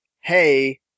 Hey